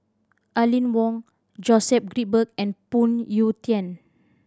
Aline Wong Joseph Grimberg and Phoon Yew Tien